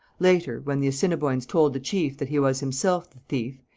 later, when the assiniboines told the chief that he was himself the thief,